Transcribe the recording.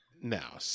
No